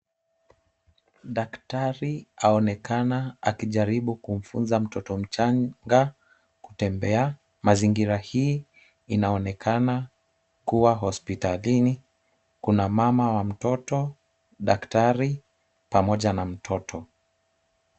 Daktari aonekana akijaribu kumfunza mtoto mchanga kutembea, mazingira hii inaonekana kuwa hospitalini, kuna mama wa mtoto, daktari pamoja na mtoto.